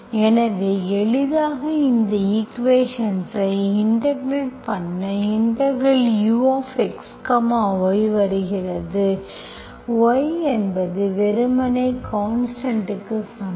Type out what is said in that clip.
எனவே எளிதாக இந்த ஈக்குவேஷன்ஸ்ஐ இன்டெகிரெட் பண்ண இன்டெகிரெட் uxy வருகிறது y என்பது வெறுமனே கான்ஸ்டன்ட்க்கு சமம்